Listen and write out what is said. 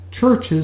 churches